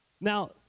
Now